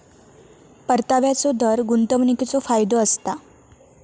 परताव्याचो दर गुंतवणीकीचो फायदो असता